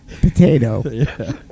potato